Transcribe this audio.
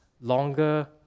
longer